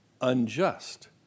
Unjust